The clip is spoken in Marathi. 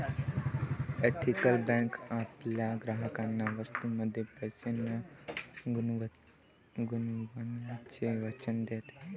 एथिकल बँक आपल्या ग्राहकांना वस्तूंमध्ये पैसे न गुंतवण्याचे वचन देते